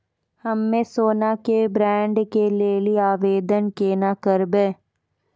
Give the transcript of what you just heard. हम्मे सोना के बॉन्ड के लेली आवेदन केना करबै?